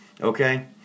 Okay